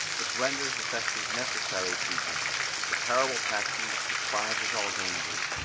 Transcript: which renders the sexes necessary to each other a terrible passion which despises all dangers,